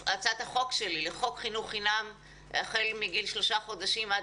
שלי לחוק חינוך חינם החל מגיל שלושה חודשים עד